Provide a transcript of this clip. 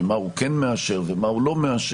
מה הוא כן מאשר ומה הוא לא מאשר,